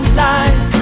life